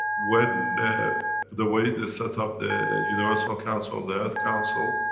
when the, the way they set up the universal council, the earth council,